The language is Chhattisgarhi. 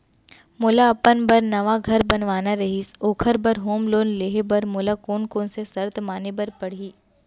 मोला अपन बर नवा घर बनवाना रहिस ओखर बर होम लोन लेहे बर मोला कोन कोन सा शर्त माने बर पड़ही?